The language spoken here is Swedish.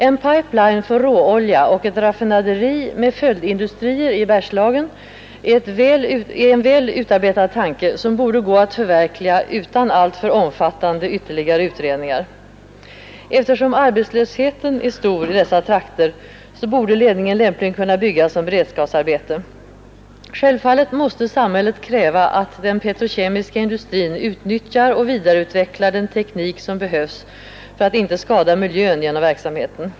En pipeline för råolja och ett raffinaderi, med följdindustrier i Bergslagen, är en väl utarbetad tanke som borde gå att förverkliga utan alltför omfattande ytterligare utredningar. Eftersom arbetslösheten är stor i dessa trakter borde ledningen lämpligen kunna byggas som beredskapsarbete. Självfallet måste samhället kräva att den petrokemiska industrin utnyttjar och vidareutvecklar den teknik som behövs för att inte skada miljön genom verksamheten.